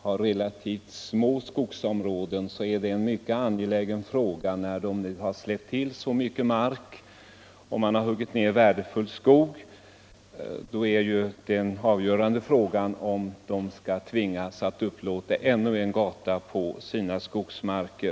har relativt små skogsområden är detta en mycket angelägen fråga. För dem som släppt till mark och huggit ner värdefull skog är den avgörande frågan huruvida de skall tvingas att upplåta ännu en gata på sin skogsmark.